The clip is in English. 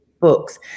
books